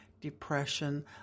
depression